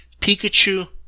Pikachu